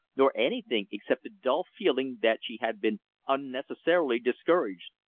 nor anything except a dull feeling that she had been unnecessarily discouraged.